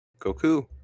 Goku